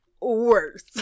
worse